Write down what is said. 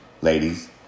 ladies